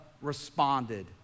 responded